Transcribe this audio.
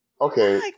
Okay